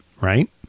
right